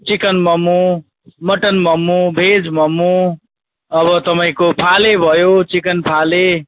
chicken momo mutton momo veg momo अब तपाईँको फाले भयो चिकन फाले